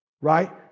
right